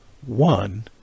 one